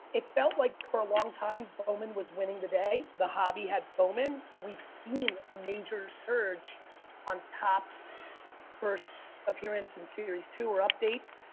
it felt like for a long time bowman was winning the day, the hobby had bowman but we've seen a major surge on topps first appearance in series two or update.